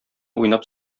уйнап